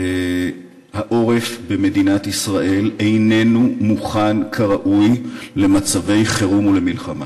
שהעורף במדינת ישראל איננו מוכן כראוי למצבי חירום ולמלחמה.